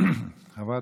תודה רבה.